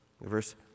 Verse